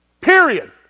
Period